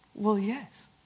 well yes!